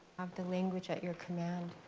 have the language at your command.